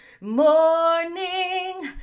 Morning